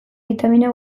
bitamina